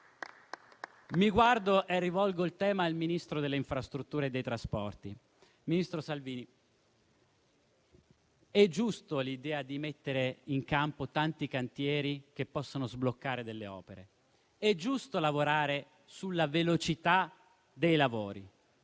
Mi guardo e rivolgo la domanda al Ministro delle infrastrutture e dei trasporti: ministro Salvini, è giusta l'idea di mettere in campo tanti cantieri che possono sbloccare delle opere; è giusto lavorare sulla velocità dei lavori,